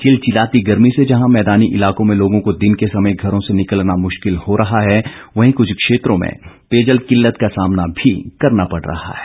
चिलचिलाती गर्मी से जहां मैदानी इलाकों में लोगों को दिन के समय घरों से निकलना मुश्किल हो रहा है वहीं कुछ क्षेत्रों में पेयजल किल्लत का सामना भी करना पड़ रहा है